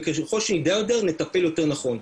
וככל שנדע יותר נטפל יותר נכון.